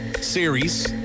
series